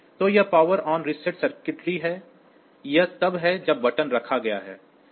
तो यह power on reset circuitry है यह तब है जब यह बटन रखा गया है